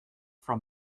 from